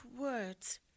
words